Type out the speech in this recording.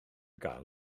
gael